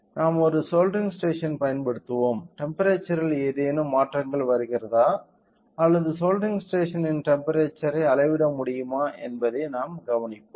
நாம் ஒரு soldering station பயன்படுத்துவோம் டெம்ப்பெரேச்சர்ரில் ஏதேனும் மாற்றங்கள் வருகிறதா அல்லது சோல்டரிங் ஸ்டேஷன் ன் டெம்ப்பெரேச்சர்யை அளவிட முடியுமா என்பதை நாம் கவனிப்போம்